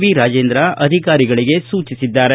V Rajendra ಅಧಿಕಾರಿಗಳಿಗೆ ಸೂಚಿಸಿದ್ದಾರೆ